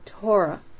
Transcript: Torah